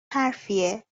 حرفیه